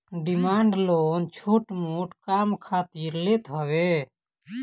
demand loan छोट मोट काम खातिर लेत हवे